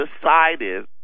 decided